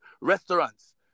restaurants